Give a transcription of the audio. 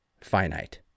finite